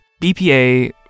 BPA